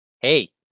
Hey